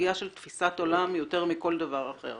סוגיה של תפיסת עולם יותר מכל דבר אחר.